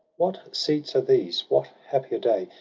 what seats are these, what happier day?